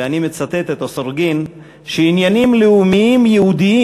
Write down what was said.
ואני מצטט את אוסורגין: עניינים לאומיים-יהודיים